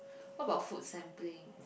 what about food sampling